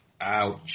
Ouch